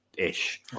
Ish